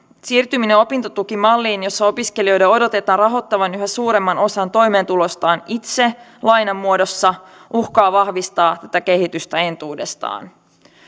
siirtyminen opintotukimalliin jossa opiskelijoiden odotetaan rahoittavan yhä suuremman osan toimeentulostaan itse lainan muodossa uhkaa vahvistaa tätä kehitystä entuudestaan